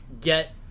get